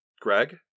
Greg